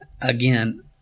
again